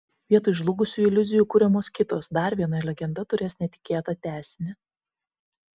vietoj žlugusių iliuzijų kuriamos kitos dar viena legenda turės netikėtą tęsinį